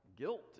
guilt